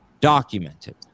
documented